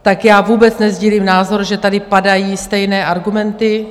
Tak já vůbec nesdílím názor, že tady padají stejné argumenty.